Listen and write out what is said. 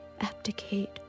abdicate